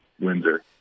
Windsor